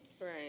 Right